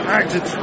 acted